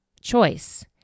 choice